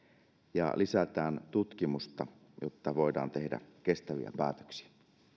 ja lisätään tutkimusta jotta voidaan tehdä kestäviä päätöksiä